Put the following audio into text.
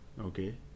Okay